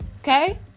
okay